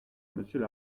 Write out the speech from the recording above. monsieur